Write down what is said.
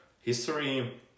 history